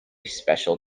special